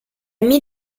mie